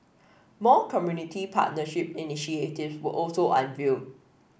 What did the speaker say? more community partnership initiatives were also unveiled